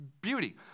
beauty